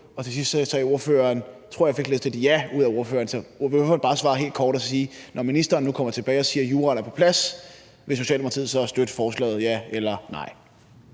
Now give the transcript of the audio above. Og til sidst tror jeg, at jeg fik listet et ja ud af ordføreren. Så ordføreren behøver bare at svare helt kort: Når ministeren nu kommer tilbage og siger, at juraen er på plads, vil Socialdemokratiet så støtte forslaget – ja eller nej?